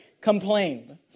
complained